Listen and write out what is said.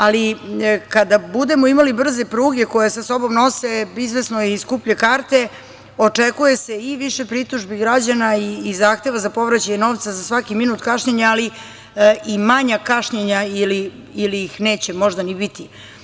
Ali, kada budemo imali brze pruge, koje sa sobom nose izvesno i skuplje karte, očekuje se i više pritužbi građana i zahteva za povraćaj novca za svaki minut kašnjenja, ali i manja kašnjenja ili ih neće možda ni biti.